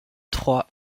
trois